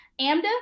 AMDA